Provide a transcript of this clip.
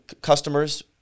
customers